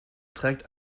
trägt